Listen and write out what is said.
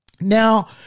Now